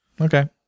okay